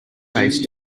face